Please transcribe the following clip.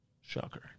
Shocker